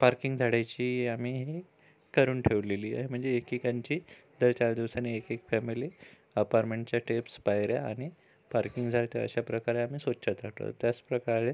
parking झाडायची आम्ही करून ठेवलेली आहे म्हणजे एकेकांची दर चार दिवसानी एक एक फॅमिली अपार्मेंटच्या टेप्स पायऱ्या आणि पार्किंग झाडतात अशा प्रकारे आम्ही स्वच्छता ठेव त्याच प्रकारे